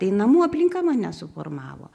tai namų aplinka mane suformavo